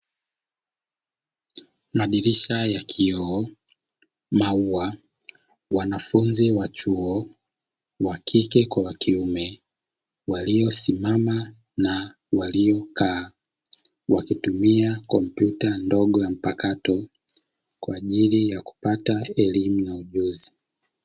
Madirisha ya kioo, maua, wanafunzi wa chuo; wa kike kwa wa kiume, waliosimama na waliokaa, wakitumia kompyuta ndogo ya mpakato kwa ajili ya kupata elimu na ujuzi.